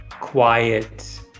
quiet